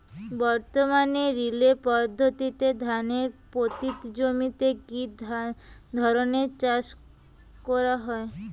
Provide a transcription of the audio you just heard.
বর্তমানে রিলে পদ্ধতিতে ধানের পতিত জমিতে কী ধরনের চাষ করা হয়?